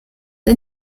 the